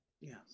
yes